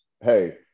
Hey